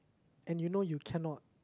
and you know you cannot